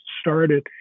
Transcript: started